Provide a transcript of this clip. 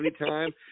anytime